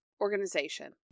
organization